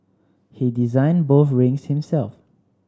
he designed both rings himself